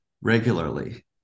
regularly